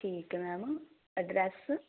ਠੀਕ ma'am address